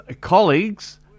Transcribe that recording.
colleagues